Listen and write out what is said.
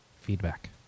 feedback